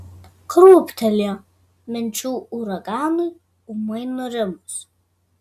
krūptelėjo minčių uraganui ūmai nurimus